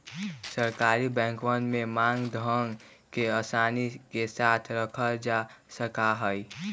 सरकारी बैंकवन में मांग धन के आसानी के साथ रखल जा सका हई